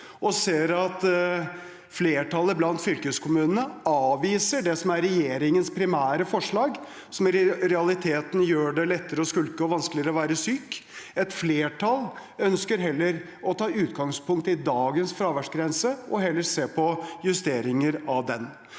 og ser at flertallet blant fylkeskommunene avviser det som er regjeringens primære forslag, som i realiteten gjør det lettere å skulke og vanskeligere å være syk. Et flertall ønsker heller å ta utgangspunkt i dagens fraværsgrense og se på justeringer av den.